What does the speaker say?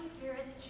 Spirit's